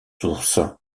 sources